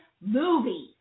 movies